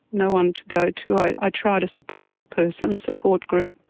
no one to go to, i tried a support person, a support group,